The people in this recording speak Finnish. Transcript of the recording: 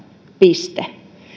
piste